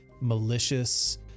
malicious